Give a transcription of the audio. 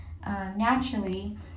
naturally